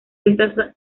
esta